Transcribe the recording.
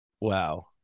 Wow